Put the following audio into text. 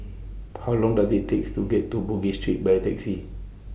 How Long Does IT takes to get to Bugis Street By Taxi